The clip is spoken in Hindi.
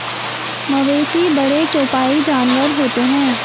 मवेशी बड़े चौपाई जानवर होते हैं